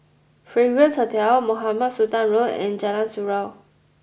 Fragrance Hotel Mohamed Sultan Road and Jalan Surau